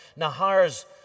Nahar's